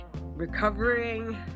recovering